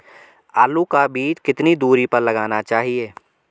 आलू का बीज कितनी दूरी पर लगाना चाहिए?